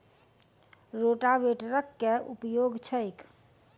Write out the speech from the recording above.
रोटावेटरक केँ उपयोग छैक?